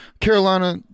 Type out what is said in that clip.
Carolina